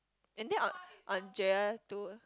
and then An~ Andrea too ah